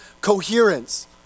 coherence